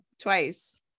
twice